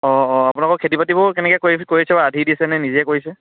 অঁ অঁ আপোনালোকৰ খেতি বাতিবোৰ কেনেকৈ কৰিছে বা আধি দিছে নে নিজে কৰিছে